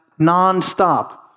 nonstop